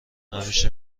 همیشه